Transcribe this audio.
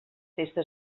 festa